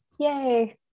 Yay